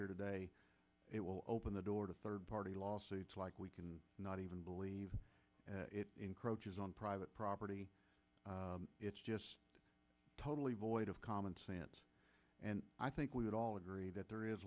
here today it will open the door to third party lawsuits like we can not even believe it encroaches on private property it's just totally void of common sense and i think we would all agree that there is